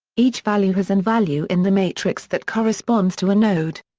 each value has an value in the matrix that corresponds to a node.